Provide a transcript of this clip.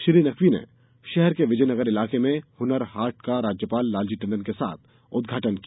श्री नकवी ने शहर के विजय नगर इलाके में हनर हाट का राज्यपाल लालजी टंडन के साथ उदघाटन किया